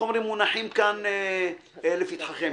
מונחים כאן לפתחכם.